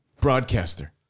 broadcaster